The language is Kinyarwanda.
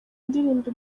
indirimbo